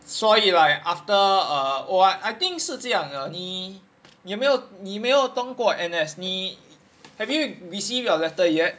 所以 right after uh O_R~ I think 是这样的你有没有你没有动过 N_S 你 have you receive your letter yet